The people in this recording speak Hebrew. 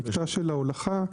במקטע ההולכה,